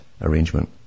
arrangement